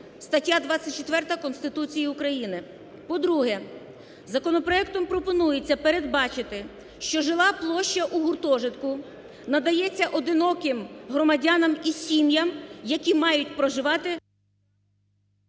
(стаття 24 Конституції України). По-друге, законопроектом пропонується передбачити, що жила площа у гуртожитку надається одиноким громадянам і сім'ям, які мають проживати…